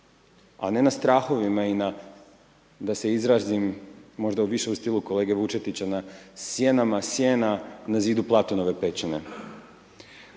a ne na strahovima i na da se izrazim, možda više u stilu kolege Vučetića, na sjenama sjena na zidu Platonove pećine.